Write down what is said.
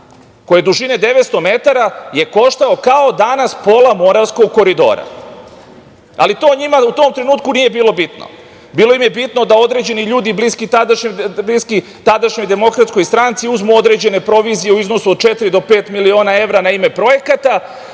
je dužine 900 metara je koštao kao danas pola Moravskog koridora, ali to njima u tom trenutku nije bilo bitno. Bilo im je bitno da određeni ljudi bliski tadašnjoj DS uzmu određene provizije u iznosu od četiri do pet miliona evra na ime projekata,